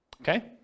Okay